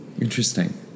Interesting